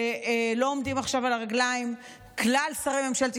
שלא עומדים עכשיו על הרגליים כלל שרי ממשלת